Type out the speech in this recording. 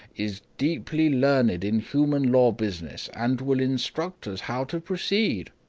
is deeply learned in human law business, and will instruct us how to proceed.